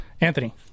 Anthony